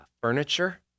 furniture